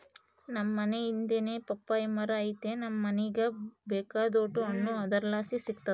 ನಮ್ ಮನೇ ಹಿಂದೆನೇ ಪಪ್ಪಾಯಿ ಮರ ಐತೆ ನಮ್ ಮನೀಗ ಬೇಕಾದೋಟು ಹಣ್ಣು ಅದರ್ಲಾಸಿ ಸಿಕ್ತತೆ